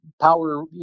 power